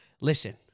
listen